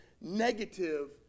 negative